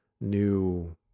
new